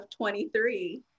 23